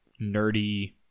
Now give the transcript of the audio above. nerdy